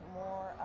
more